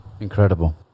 Incredible